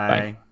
Bye